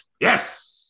yes